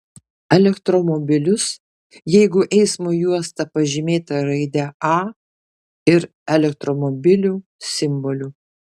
elektromobilius jeigu eismo juosta pažymėta raide a ir elektromobilių simboliu